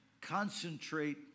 concentrate